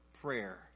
prayer